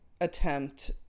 attempt